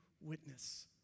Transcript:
witness